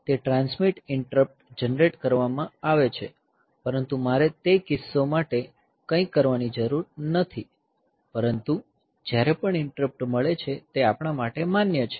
તે transmit interrupt generate કરવામાં આવે છે પરંતુ મારે તે કિસ્સો માટે કંઈ કરવાની જરૂર નથી પરંતુ જ્યારે પણ ઇન્ટરપ્ટ મળે છે તે આપણા માટે માન્ય છે